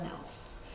else